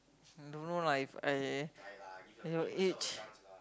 don't know lah If I you know age